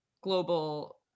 global